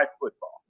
football